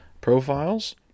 profiles